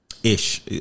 Ish